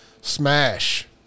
smash